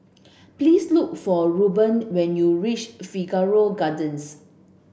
please look for Ruben when you reach Figaro Gardens